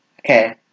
Okay